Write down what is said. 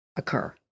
Occur